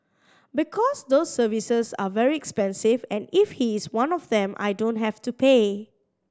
because those services are very expensive and if he is one of them I don't have to pay